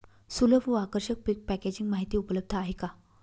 सुलभ व आकर्षक पीक पॅकेजिंग माहिती उपलब्ध आहे का?